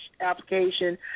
application